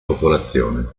popolazione